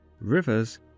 rivers